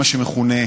מה שמכונה,